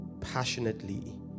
passionately